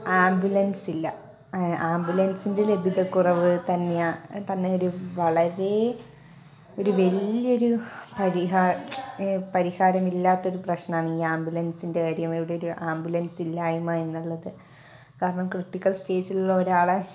ambulance ഇല്ല ആംബുലൻസിൻ്റെ ലഭ്യതക്കുറവ് തന്നെയാണ് തന്നെ ഒരു വളരെ ഒരു വലിയ ഒരു പരിഹാരമില്ലാത്ത ഒരു പ്രശ്നമാണ് ഈ ആംബുലൻസിൻ്റെ കാര്യം ഇവിടെ ഒരു ആംബുലൻസില്ലായ്മ എന്നുള്ളത് കാരണം ക്രിട്ടിക്കൽ സ്റ്റേജിലുള്ള ഒരാളെ